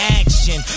action